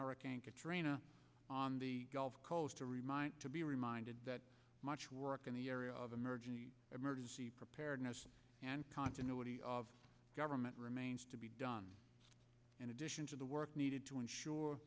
hurricane katrina on the gulf coast to remind to be reminded that much work in the area of emergency emergency preparedness and continuity of government remains to be done in addition to the work needed to ensure